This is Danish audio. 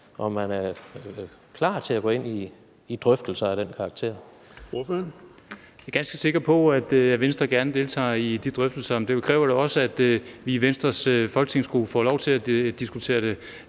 Ordføreren. Kl. 14:56 Stén Knuth (V): Jeg er ganske sikker på, at Venstre gerne deltager i de drøftelser. Men det kræver vel også, at vi i Venstres folketingsgruppe får lov til at diskutere det